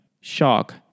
shock